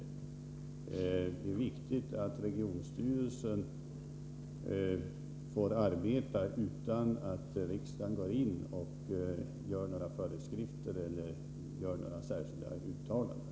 Det är viktigt att regionstyrelsen får arbeta utan att riksdagen går in med några föreskrifter eller särskilda uttalanden.